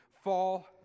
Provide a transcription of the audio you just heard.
fall